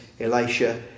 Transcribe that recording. Elisha